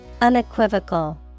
Unequivocal